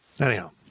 Anyhow